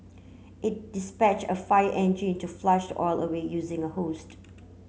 it dispatched a fire engine to flush the oil away using a hose